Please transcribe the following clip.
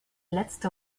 letzte